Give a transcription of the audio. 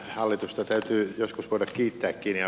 hallitusta täytyy joskus voida kiittääkin